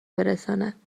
برساند